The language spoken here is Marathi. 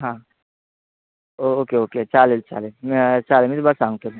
हां ओके ओके चालेल चालेल मी चालेल मी तुम्हाला सांगतो मी